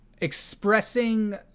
expressing